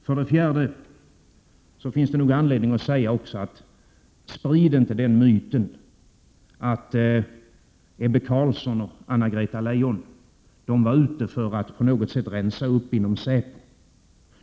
För det fjärde finns det nog anledning att säga också: Sprid inte myten att Ebbe Carlsson och Anna-Greta Leijon var ute för att på något sätt rensa upp inom säpo.